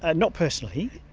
ah not personally,